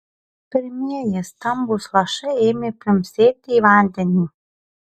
pirmieji stambūs lašai ėmė pliumpsėti į vandenį